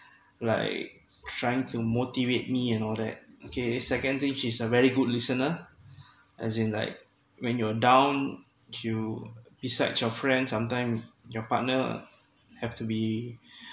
like trying to motivate me and all that okay second thing she's a very good listener as in like when you're down you besides your friend sometime your partner have to be